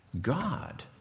God